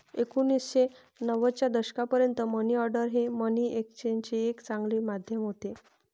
एकोणीसशे नव्वदच्या दशकापर्यंत मनी ऑर्डर हे मनी एक्सचेंजचे एक चांगले माध्यम होते